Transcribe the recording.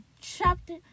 Chapter